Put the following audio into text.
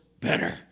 better